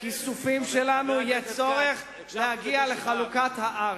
כיסופים שלנו, יש צורך להגיע לחלוקת הארץ.